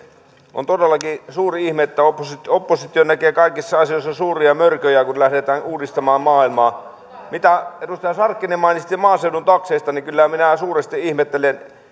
on todellakin suuri ihme että oppositio oppositio näkee kaikissa asioissa suuria mörköjä kun lähdetään uudistamaan maailmaa mitä edustaja sarkkinen mainitsi maaseudun takseista niin kyllä minä suuresti ihmettelen sitä